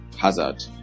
Hazard